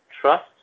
trust